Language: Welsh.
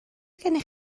gennych